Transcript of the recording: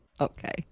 Okay